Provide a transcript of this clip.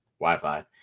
wi-fi